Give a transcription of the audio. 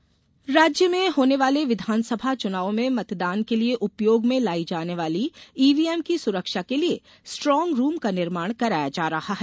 निर्वाचन आयोग राज्य में होने वाले विधानसभा चुनाव में मतदान के लिए उपयोग में लाई जाने वाली ईवीएम की सुरक्षा के लिए स्ट्रॉग रूम का निर्माण कराया जा रहा है